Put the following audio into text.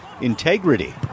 integrity